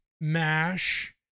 MASH